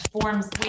forms